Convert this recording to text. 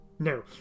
no